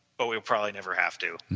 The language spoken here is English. but we probably never have to.